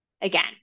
again